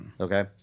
Okay